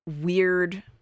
weird